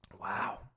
Wow